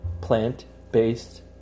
plant-based